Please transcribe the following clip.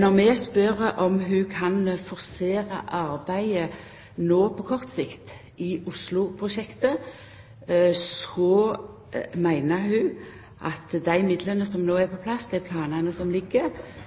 Når vi spør om ho kan forsera arbeidet no på kort sikt i Oslo-prosjektet, meiner ho, slik eg har forstått ho, at ho må halda seg til dei midlane som no er på plass,